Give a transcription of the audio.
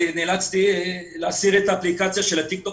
נאלצתי להסיר את האפליקציה של הטיק-טוק